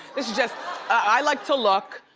this is just i like to look.